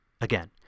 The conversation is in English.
again